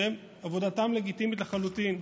שעבודתם לגיטימית לחלוטין,